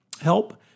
help